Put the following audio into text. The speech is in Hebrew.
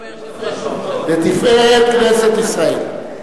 לתפארת כנסת ישראל.